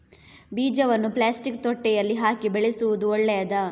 ಬೀಜವನ್ನು ಪ್ಲಾಸ್ಟಿಕ್ ತೊಟ್ಟೆಯಲ್ಲಿ ಹಾಕಿ ಬೆಳೆಸುವುದು ಒಳ್ಳೆಯದಾ?